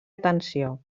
atenció